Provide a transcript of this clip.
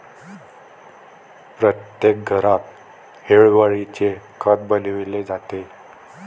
प्रत्येक घरात हिरवळीचे खत बनवले जाते